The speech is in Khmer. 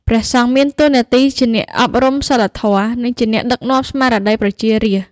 ព្រះសង្ឃមានតួនាទីជាអ្នកអប់រំសីលធម៌ និងជាអ្នកដឹកនាំស្មារតីប្រជារាស្ត្រ។